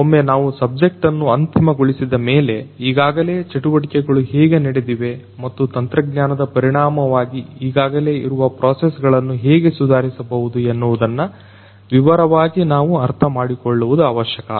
ಒಮ್ಮೆ ನಾವು ಸಬ್ಜೆಕ್ಟ್ ಅನ್ನು ಅಂತಿಮಗೊಳಿಸಿದ ಮೇಲೆ ಈಗಾಗಲೇ ಚಟುವಟಿಕೆಗಳು ಹೇಗೆ ನಡೆದಿವೆ ಮತ್ತು ತಂತ್ರಜ್ಞಾನದ ಪರಿಣಾಮವಾಗಿ ಈಗಾಗಲೇ ಇರುವ ಪ್ರೋಸಸ್ ಗಳನ್ನು ಹೇಗೆ ಸುಧಾರಿಸಬಹುದು ಎನ್ನುವುದನ್ನು ವಿವರವಾಗಿ ನಾವು ಅರ್ಥ ಮಾಡಿಕೊಳ್ಳುವುದು ಅವಶ್ಯಕ